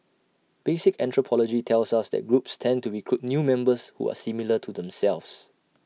basic anthropology tells us that groups tend to recruit new members who are similar to themselves